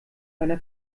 einer